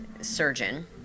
surgeon